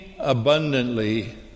abundantly